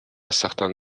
certains